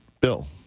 Bill